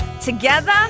together